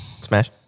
Smash